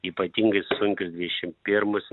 ypatingai sunkius dvidešim pirmus